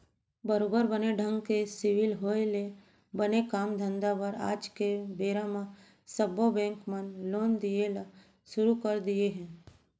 बरोबर बने ढंग के सिविल होय ले बने काम धंधा बर आज के बेरा म सब्बो बेंक मन लोन दिये ल सुरू कर दिये हें